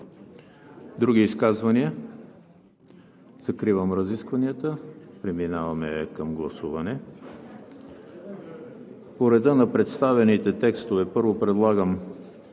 Други изказвания? Закривам разискванията. Преминаваме към гласуване. По реда на представените текстове първо подлагам